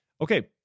Okay